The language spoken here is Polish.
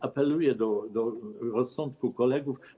Apeluję do rozsądku kolegów.